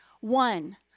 One